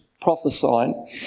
prophesying